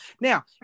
Now